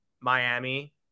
Miami